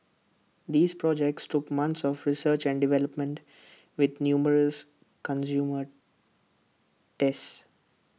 these projects took months of research and development with numerous consumer tests